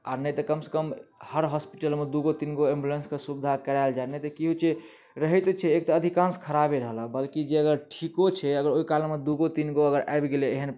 आ नहि तऽ कम सऽ कम हर हॉस्पिटलमे दू गो तीन गो एम्बुलेंस के सुविधा कराओल जाय नहि तऽ की होइ छै रहै तऽ छै एक तऽ अधिकांश खराबे रहल बल्कि जे अगर ठिको छै अगर ओहि काल मे अगर दू गो तीन गो अगर आबि गेलै एहन